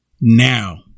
now